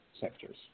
sectors